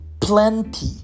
plenty